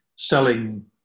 Selling